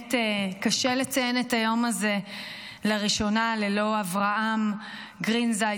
באמת קשה לציין את היום הזה לראשונה ללא אברהם גרינזייד,